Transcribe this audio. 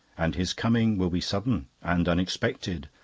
and his coming will be sudden and unexpected,